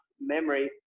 memory